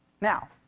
Now